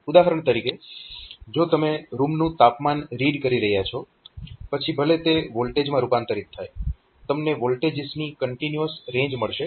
ઉદાહરણ તરીકે જો તમે રૂમનું તાપમાન રીડ કરી રહયા છો સંદર્ભ સમય 0050 પછી ભલે તે વોલ્ટેજમાં રૂપાંતરીત થાય તમને વોલ્ટેજીસ ની કન્ટીન્યુઅસ રેન્જ મળશે